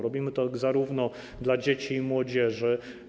Robimy to zarówno dla dzieci, jak i młodzieży.